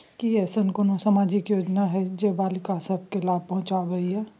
की ऐसन कोनो सामाजिक योजना हय जे बालिका सब के लाभ पहुँचाबय हय?